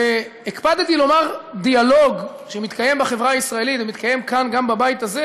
והקפדתי לומר דיאלוג שמתקיים בחברה הישראלית ומתקיים כאן גם בבית הזה,